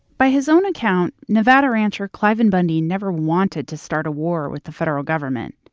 by his own account, nevada rancher cliven bundy never wanted to start a war with the federal government.